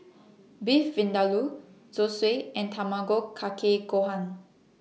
Beef Vindaloo Zosui and Tamago Kake Gohan